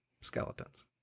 skeletons